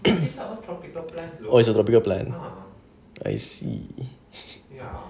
as in real life okay I see